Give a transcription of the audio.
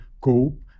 cope